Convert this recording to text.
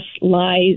lies